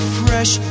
fresh